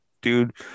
dude